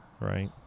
right